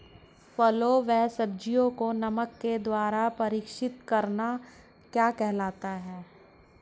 फलों व सब्जियों को नमक के द्वारा परीक्षित करना क्या कहलाता है?